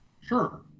Sure